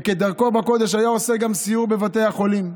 וכדרכו בקודש היה עושה גם סיור בבתי החולים.